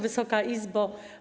Wysoka Izbo!